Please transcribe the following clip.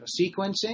sequencing